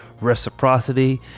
reciprocity